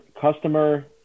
customer